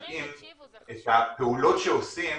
זה משהו מאוד פשוט --- אתה מנטרל את הפקטור של ביצוע ההדבקה בפועל,